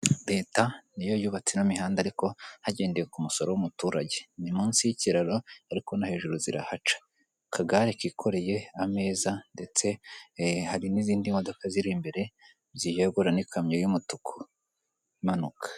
Reta ( leta ) niyo yubatse ino mihanda ariko hagendewe ku musoro w'umuturage, ni munsi y'ikiraro ariko no hejuru zirahaca .Akagare kikoreye ameza ndetse hari n'izindi modoka ziri imbere zigiye guhura n'ikamyo y'umutuku imanuka.